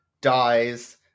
dies